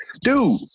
Dude